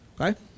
okay